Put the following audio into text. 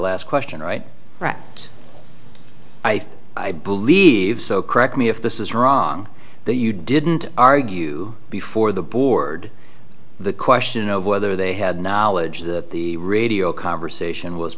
last question right i believe so correct me if this is wrong that you didn't argue before the board the question of whether they had knowledge that the radio conversation was